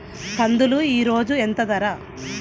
కందులు ఈరోజు ఎంత ధర?